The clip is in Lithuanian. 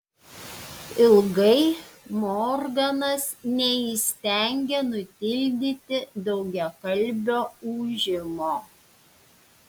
ilgai morganas neįstengė nutildyti daugiakalbio ūžimo